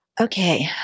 Okay